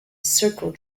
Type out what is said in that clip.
circle